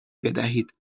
بدهید